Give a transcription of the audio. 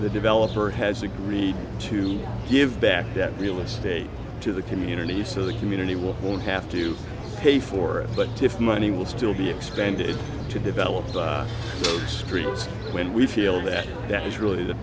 the developer has agreed to give back that real estate to the community so the community will have to pay for it but if money will still be expended to develop the streets when we feel that that is really the